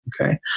okay